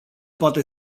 poate